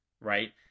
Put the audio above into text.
right